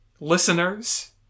listeners